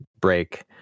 break